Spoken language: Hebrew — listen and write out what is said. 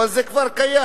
אבל זה כבר קיים.